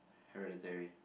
hereditary